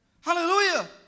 Hallelujah